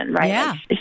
right